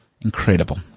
incredible